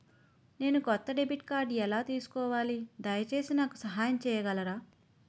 నేను కొత్త డెబిట్ కార్డ్ని ఎలా తీసుకోవాలి, దయచేసి నాకు సహాయం చేయగలరా?